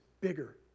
bigger